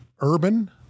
urban